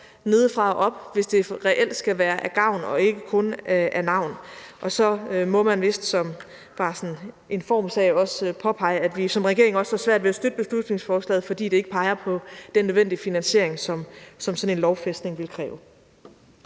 nedefra og op, hvis det reelt skal være af gavn og ikke kun af navn. Og så må man vist også bare påpege – det er sådan en formssag – at vi som regering har svært ved at støtte beslutningsforslaget, fordi det ikke peger på den nødvendige finansiering, som sådan en lovfæstelse ville kræve.